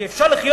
כי אפשר לחיות,